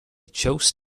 chose